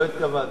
לא התכוונתי.